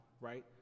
right